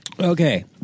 Okay